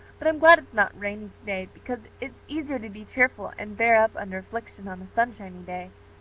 but i'm glad it's not rainy today because it's easier to be cheerful and bear up under affliction on a sunshiny day.